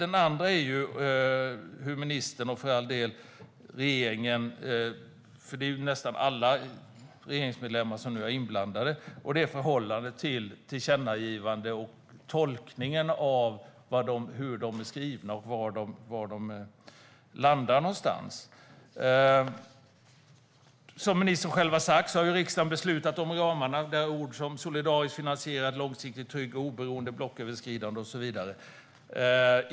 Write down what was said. En annan är ministerns, och för all del regeringens eftersom i stort sett alla i regeringen är inblandade, förhållande till tillkännagivanden, tolkningen av hur de är skrivna och var de landar någonstans. Som ministern har sagt har riksdagen beslutat om ramarna. Där ingår ord som solidariskt finansierad, långsiktigt trygg, oberoende, blocköverskridande och så vidare.